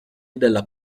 della